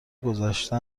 گذشته